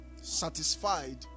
satisfied